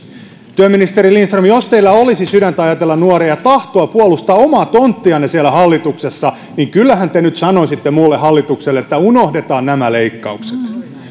työministeri lindström jos teillä olisi sydäntä ajatella nuoria ja tahtoa puolustaa omaa tonttianne siellä hallituksessa niin kyllähän te nyt sanoisitte muulle hallitukselle että unohdetaan nämä leikkaukset